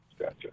Gotcha